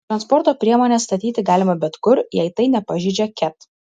transporto priemones statyti galima bet kur jei tai nepažeidžia ket